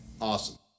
awesome